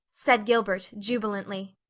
said gilbert, jubilantly.